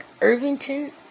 Irvington